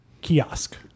kiosk